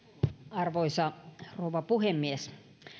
arvoisa rouva puhemies